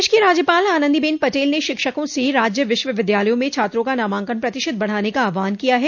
प्रदेश की राज्यपाल आनन्दीबेन पटेल ने शिक्षकों से राज्य विश्वविद्यालयों में छात्रों का नामांकन प्रतिशत बढाने का आहवान किया है